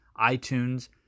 iTunes